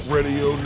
Radio